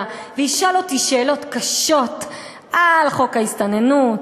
וישאל אותי שאלות קשות על חוק ההסתננות,